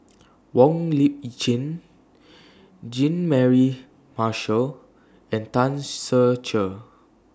Wong Lip Chin Jean Mary Marshall and Tan Ser Cher